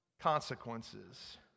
Consequences